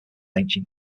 ancient